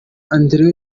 andrew